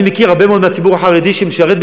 אני מכיר הרבה מאוד מהציבור החרדי שמשרתים